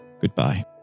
goodbye